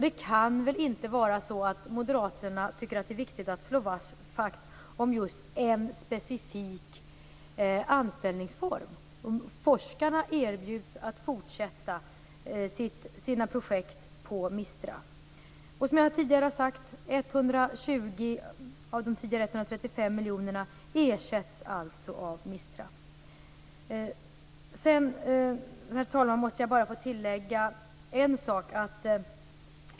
Det kan väl inte vara så att Moderaterna tycker att det är viktigt att slå vakt om just en specifik anställningsform? Forskarna erbjuds att fortsätta sina projekt på MISTRA. Som jag tidigare har sagt kommer 120 av de tidigare 135 miljonerna att ersättas av MISTRA. Herr talman! Jag måste få tillägga en sak.